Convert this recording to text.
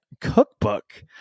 Cookbook